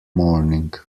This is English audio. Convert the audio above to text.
morning